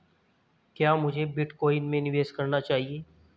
क्या मुझे बिटकॉइन में निवेश करना चाहिए?